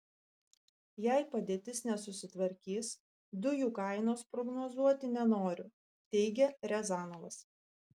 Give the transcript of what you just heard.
jei padėtis nesusitvarkys dujų kainos prognozuoti nenoriu teigia riazanovas